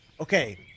okay